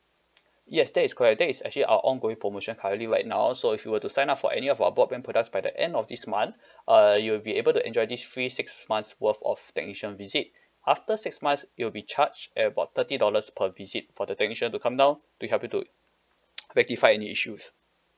yes that is correct that is actually our ongoing promotion currently right now so if you were to sign up for any of our broadband products by the end of this month uh you'll be able to enjoy this free six months worth of technician visit after six months you will be charged at about thirty dollars per visit for the technician to come down to help you to rectify any issues